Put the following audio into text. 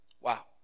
Wow